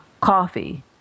coffee